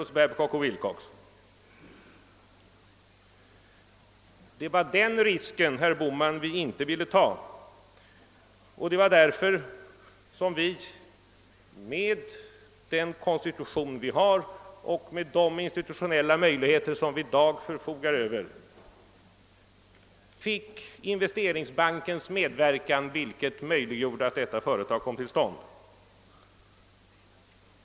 Det var denna risk vi inte ville ta, och det var därför som vi, med den konstitution vi har och med de institutionella möjligheter vi i dag förfogar över, begagnade oss av Investeringsbankens medverkan för att få bolagsbildningen till stånd.